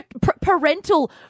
parental